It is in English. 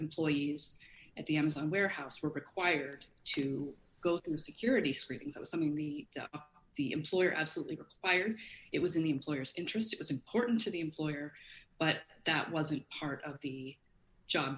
employees at the amazon warehouse were required to go through security screenings it was something the employer absolutely required it was in the employer's interest it was important to the employer but that wasn't part of the jo